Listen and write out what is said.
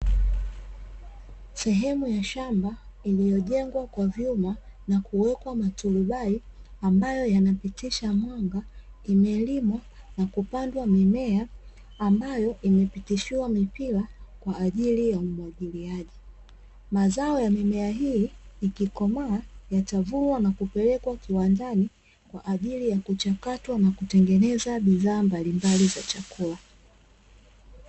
Sehemu ya shamba iliyojengwa kwa vyuma na kuwekwa maturubai ambayo yanapitisha mwanga, imelimwa na kupandwa mimea ambayo imepitishiwa mipira kwa ajili ya umwagiliaji. Mazao ya mimea hii ikikomaa, yatavunwa na kupelekwa kiwandani kwa ajili ya kuchakatwa na kutengeneza bidhaa mbalimbali za chakula.